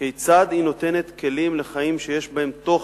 כיצד היא נותנת כלים לחיים שיש בהם תוכן,